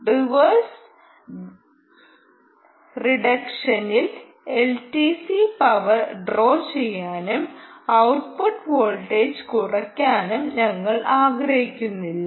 reverse റിഡക്ഷനിൽ LTC power draw ചെയ്യാനും output voltage കുറയ്ക്കാനും ഞങ്ങൾ ആഗ്രഹിക്കുന്നില്ല